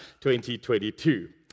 2022